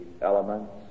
elements